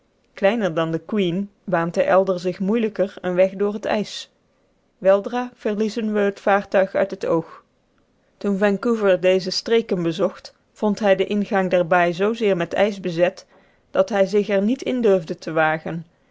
kleiner dan the queen baant de elder zich moeilijker eenen weg door het ijs weldra verliezen we het vaartuig uit het oog toen vancouver deze streken bezocht vond hij den ingang der baai zoozeer met ijs bezet dat hij er zich niet in durfde wagen